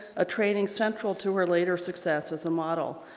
a training central to her later success as a model.